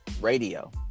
radio